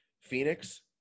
Phoenix